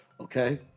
Okay